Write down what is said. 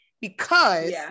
because-